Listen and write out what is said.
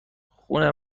خونه